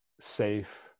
safe